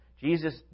Jesus